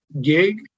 gig